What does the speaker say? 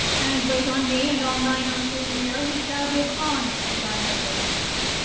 and wait on me and on thine uncle here, who shall give honor to thy noble mind.